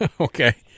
Okay